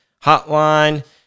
hotline